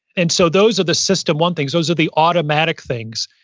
and so those are the system one things. those are the automatic things.